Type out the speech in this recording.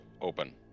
open